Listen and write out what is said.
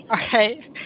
okay